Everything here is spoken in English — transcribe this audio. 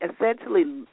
essentially